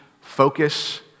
focus